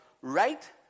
right